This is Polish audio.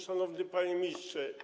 Szanowny Panie Ministrze!